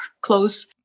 close